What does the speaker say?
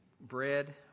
bread